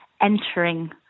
entering